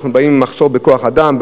ואנחנו במחסור בכוח-אדם,